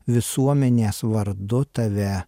visuomenės vardu tave